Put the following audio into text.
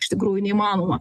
iš tikrųjų neįmanoma